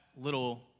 little